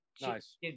Nice